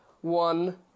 one